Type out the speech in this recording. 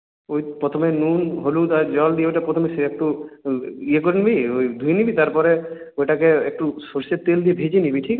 ওই প্রথমে নুন হলুদ আর জল দিয়ে ওইটা প্রথমে একটু ইয়ে করে নিবি ওই ধুয়ে নিবি তারপরে ওটাকে একটু সরষের তেল দিয়ে ভেজে নিবি ঠিক আছে